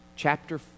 chapter